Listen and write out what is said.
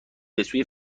بسوی